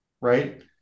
right